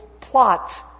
plot